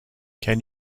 can